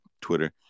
Twitter